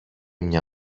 μια